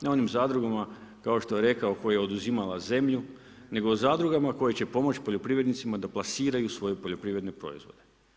Ne onim zadrugama kao što je rekao koja je oduzimala zemlju, nego o zadrugama koje će pomoći poljoprivrednicima da plasiraju svoje poljoprivredne proizvode.